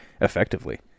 effectively